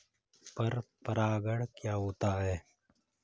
पर परागण क्या होता है?